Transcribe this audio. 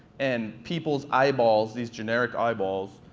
and people's eyeballs, these generic eyeballs,